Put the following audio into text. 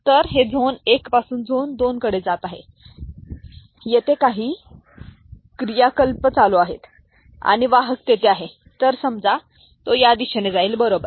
तर हे झोन 1 पासून झोन 2 कडे जात आहे जेथे काही क्रियाकलाप चालू आहेत आणि वाहक तेथे आहे तर समजा या दिशेने जाईल बरोबर